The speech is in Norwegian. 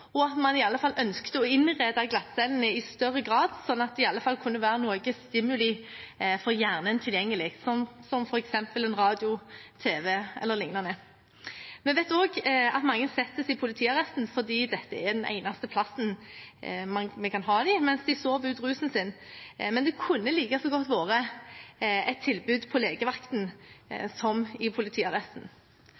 og at man iallfall i større grad ønsket å innrede glattcellene så det kunne være noe stimuli for hjernen tilgjengelig – som f.eks. en radio, en tv eller lignende. Vi vet også at mange settes i politiarresten fordi dette er det eneste stedet vi kan ha dem mens de sover ut rusen sin. Men det kunne like godt ha vært et tilbud på